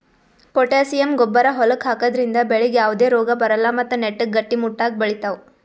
potassium ಗೊಬ್ಬರ್ ಹೊಲಕ್ಕ್ ಹಾಕದ್ರಿಂದ ಬೆಳಿಗ್ ಯಾವದೇ ರೋಗಾ ಬರಲ್ಲ್ ಮತ್ತ್ ನೆಟ್ಟಗ್ ಗಟ್ಟಿಮುಟ್ಟಾಗ್ ಬೆಳಿತಾವ್